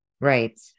Right